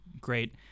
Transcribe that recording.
great